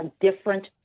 different